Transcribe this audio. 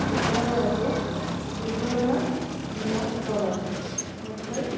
এছাড়াও আছে দুর্ঘটনা বীমার কভার অর্থাৎ